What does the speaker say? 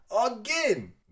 again